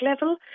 level